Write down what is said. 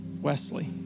Wesley